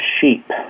sheep